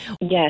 Yes